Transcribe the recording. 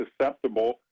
susceptible